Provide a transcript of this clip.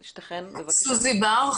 אני סוזי בר,